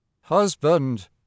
Husband